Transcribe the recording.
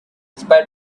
spite